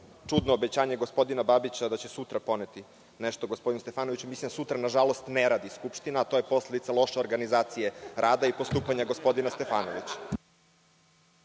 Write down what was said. čudno obećanje gospodina Babića da će sutra poneti nešto gospodinu Stefanoviću. Mislim da sutra, nažalost, ne radi Skupština, a to je posledica loše organizacije rada i postupanja gospodina Stefanovića.